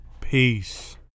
Peace